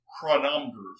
chronometers